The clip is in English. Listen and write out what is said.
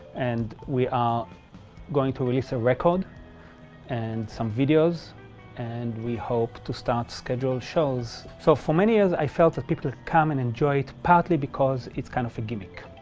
and we are going to release a record and some videos and we hope to start schedule shows. so for many years, i felt that people come and enjoy it, partly because it's kind of a gimmick.